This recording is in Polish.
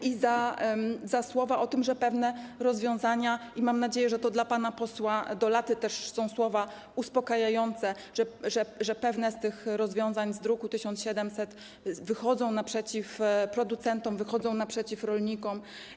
I za słowa o tym, że pewne rozwiązania, i mam nadzieję, że to dla pana posła Dolaty też są słowa uspokajające, że pewne z tych rozwiązań z druku nr 1700 wychodzą naprzeciw producentom, wychodzą naprzeciw rolnikom.